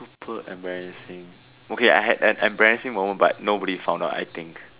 super embarrassing okay I had an embarrassing moment but nobody found out I think